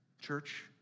church